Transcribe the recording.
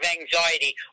anxiety